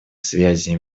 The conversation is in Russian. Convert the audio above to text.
связи